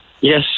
Yes